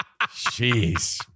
Jeez